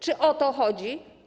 Czy o to chodzi?